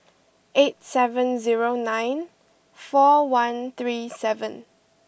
eight seven zero nine four one three seven